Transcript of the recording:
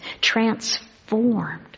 Transformed